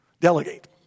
delegate